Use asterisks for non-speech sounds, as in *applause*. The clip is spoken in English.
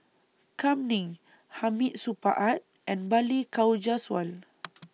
Kam Ning Hamid Supaat and Balli Kaur Jaswal *noise*